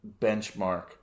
benchmark